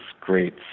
great